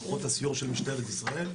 כוחות הסיור של משטרת ישראל,